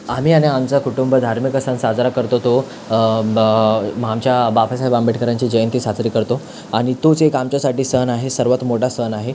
आम्ही आणि आमचा कुटुंब धार्मिक सण करतो तो ब आमच्या बाबासाहेब आंबेडकरांची जयंती साजरी करतो आणि तोच एक आमच्यासाठी सण आहे सर्वात मोठा सण आहे